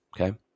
okay